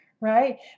right